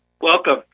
Welcome